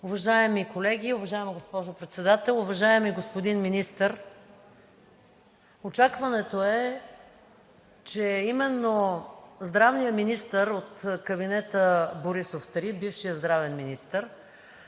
Уважаеми колеги, уважаема госпожо Председател! Уважаеми господин Министър, очакването е, че именно здравният министър от кабинета Борисов 3, бившият здравен министър,